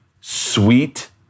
sweet